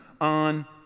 on